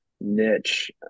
niche